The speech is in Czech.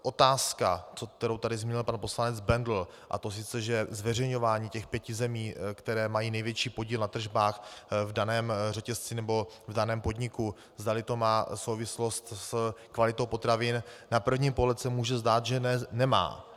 Otázka, kterou tady zmínil pan poslanec Bendl, a to že zveřejňování těch pěti zemí, které mají největší podíl na tržbách v daném řetězci nebo v daném podniku, zdali to má souvislost s kvalitou potravin na první pohled se může zdát, že nemá.